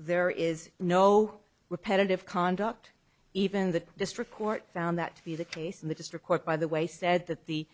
there is no repetitive conduct even the district court found that the the case in the district court by the way said that the